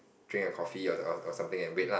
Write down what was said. drink a coffee or or something and wait lah